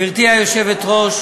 גברתי היושבת-ראש,